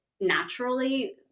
naturally